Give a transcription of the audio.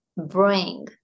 Bring